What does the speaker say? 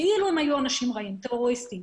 כאילו הם היו אנשים רעים, טרוריסטים.